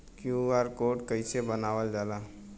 QR code कइसे बनवाल जाला?